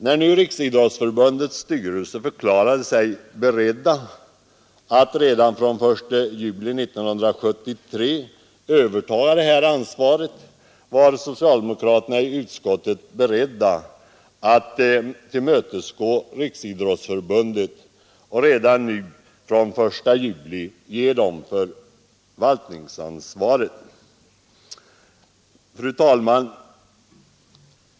När Riksidrottsförbundets styrelse sålunda förklarade sig beredd att redan från den 1 juli 1973 överta förvaltningsansvaret var socialdemokraterna i utskottet beredda att tillmötesgå förbundet på den punkten. Fru talman!